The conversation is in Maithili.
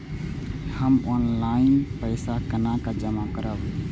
हम ऑनलाइन पैसा केना जमा करब?